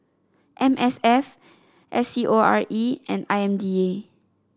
M S F S C O R E and I M D A